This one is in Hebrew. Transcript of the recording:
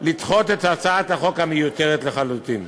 לדחות את הצעת החוק המיותרת לחלוטין.